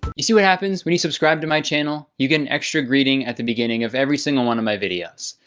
you see what happens when you subscribe to my channel? you get an extra greeting at the beginning of every single one of my videos.